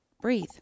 breathe